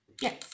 Yes